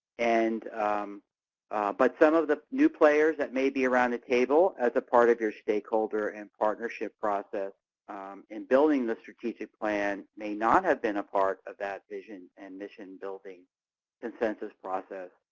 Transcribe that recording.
but some of the new players that may be around the table as a part of your stakeholder and partnership process in building the strategic plan may not have been a part of that vision and mission-building consensus process.